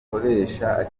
akoresha